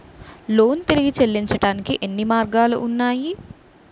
Loan తిరిగి చెల్లించటానికి ఎన్ని మార్గాలు ఉన్నాయి?